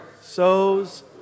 sows